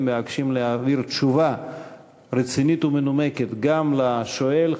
להעביר תשובה רצינית ומנומקת גם לשואל,